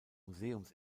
museums